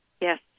Yes